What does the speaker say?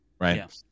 Right